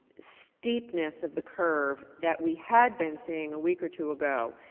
steepness of the curve that we had been seeing a week or two ago.